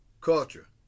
culture